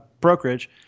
brokerage